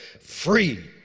free